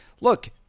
Look